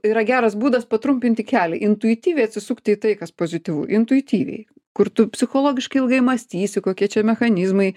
yra geras būdas patrumpinti kelią intuityviai atsisukti į tai kas pozityvu intuityviai kur tu psichologiškai ilgai mąstysi kokie čia mechanizmai